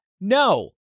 No